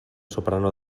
soprano